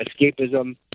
escapism